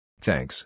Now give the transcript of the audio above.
Thanks